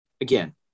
again